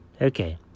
Okay